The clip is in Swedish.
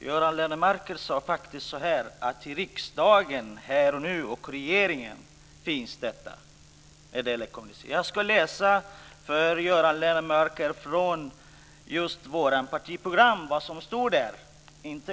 Herr talman! Göran Lennmarker sade faktiskt att kommunismen finns här och nu i riksdagen och regeringen. Jag ska läsa för Göran Lennmarker vad som står i vårt partiprogram.